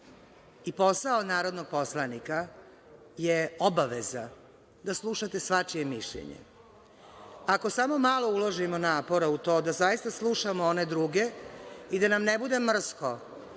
Posao narodnog poslanika je obaveza da slušate svačije mišljenje. Ako samo malo uložimo napora u to da zaista slušamo one druge i da nam ne bude mrsko,